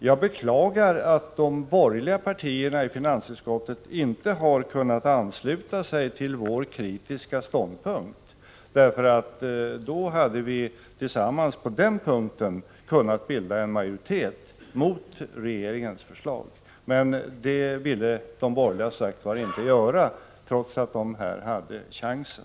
Jag beklagar att de borgerliga partierna i finansutskottet inte har kunnat ansluta sig till vår kritiska ståndpunkt. Då hade vi på den här punkten tillsammans kunnat bli en majoritet mot regeringens förslag. Det ville de borgerliga, som sagt var, inte göra, trots att de här hade chansen.